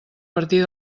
partir